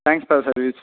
thanks for the service